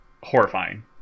horrifying